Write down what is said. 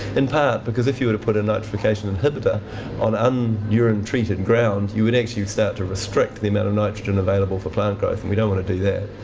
in part because if you were to put a nitrification inhibitor on and un-urine and treated ground, you would actually start to restrict the amount of nitrogen available for plant growth. and we don't want to do that.